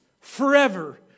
forever